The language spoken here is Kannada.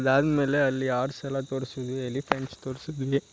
ಅದಾದಮೇಲೆ ಅಲ್ಲಿ ಆರ್ಸ್ ಎಲ್ಲ ತೋರಿಸಿದ್ವಿ ಎಲಿಫೆಂಟ್ಸ್ ತೋರಿಸಿದ್ವಿ